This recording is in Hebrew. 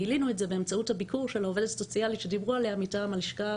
גילינו את זה באמצעות הביקור של עובדת סוציאלית מטעם הלשכה